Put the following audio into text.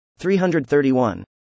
331